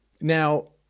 Now